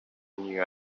new